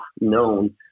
known